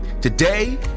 Today